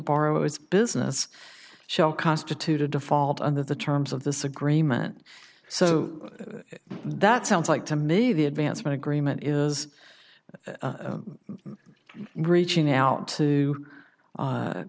borrowers business shall constitute a default under the terms of this agreement so that sounds like to me the advancement agreement is reaching out to